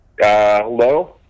Hello